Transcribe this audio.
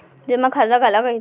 जेमा खाता काला कहिथे?